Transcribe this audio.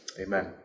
amen